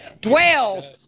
dwells